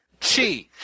Chi